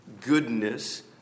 goodness